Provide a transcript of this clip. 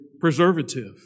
preservative